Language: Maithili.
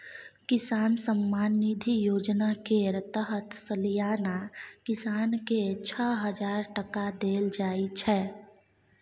किसान सम्मान निधि योजना केर तहत सलियाना किसान केँ छअ हजार टका देल जाइ छै